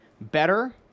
better